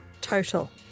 total